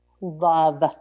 love